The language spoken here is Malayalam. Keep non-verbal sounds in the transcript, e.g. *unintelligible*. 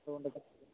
*unintelligible*